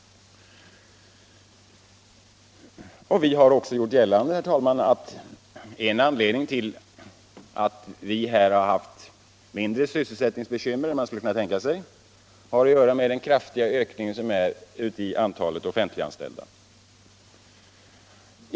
Vi har också gjort gällande, herr talman, att en anledning till att vi haft mindre sysselsättningsbekymmer än man skulle ha kunnat tänka sig har att göra med den kraftiga ökningen av antalet offentligt anställda.